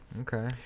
Okay